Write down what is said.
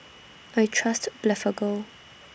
I Trust Blephagel